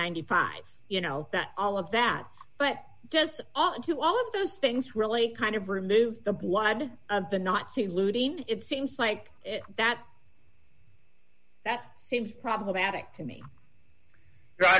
ninety five you know that all of that but just to all of those things really kind of removed the blood of the nazi looting it seems like that that seems problematic to me